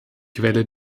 quelle